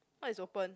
what is open